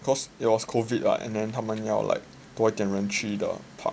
cause it was COVID ah and then 他们要 like 多一点去